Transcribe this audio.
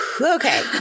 Okay